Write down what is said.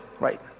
right